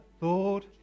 Lord